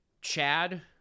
Chad